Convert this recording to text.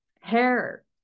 hair